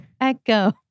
echo